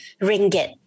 ringgit